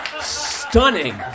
Stunning